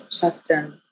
Justin